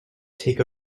take